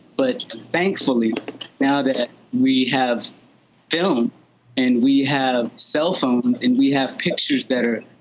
but thankfully now that ah we have film and we have cell phones and and we have pictures that are,